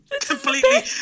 completely